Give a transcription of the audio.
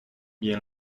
bien